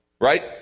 right